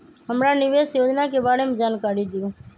हमरा निवेस योजना के बारे में जानकारी दीउ?